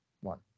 One